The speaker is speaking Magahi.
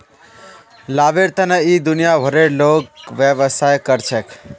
लाभेर तने इ दुनिया भरेर लोग व्यवसाय कर छेक